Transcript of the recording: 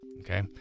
Okay